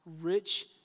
rich